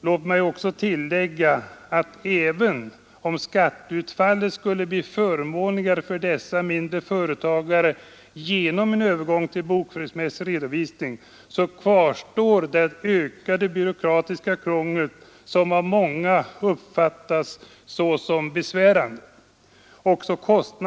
Låt mig tillägga att även om skatteutfallet skulle bli förmånligare för dessa mindre företagare genom en övergång till bokföringsmässig redovisning, så kvarstår det ökade byråkratiska krångel som av många uppfattas såsom besvärande.